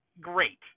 great